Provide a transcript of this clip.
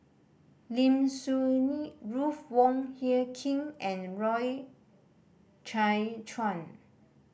Lim Soo Ngee Ruth Wong Hie King and Loy Chye Chuan